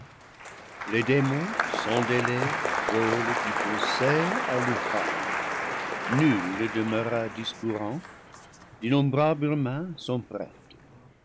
les démons sans délai volent du conseil à l'ouvrage nul ne demeura discourant d'innombrables mains sont prêtes